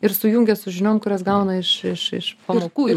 ir sujungia su žiniom kurias gauna iš iš iš pamokų ir